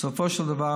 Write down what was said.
בסופו של דבר,